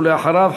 ואחריו,